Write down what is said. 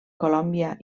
colòmbia